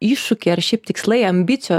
iššūkiai ar šiaip tikslai ambicijos